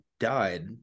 died